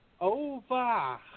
Over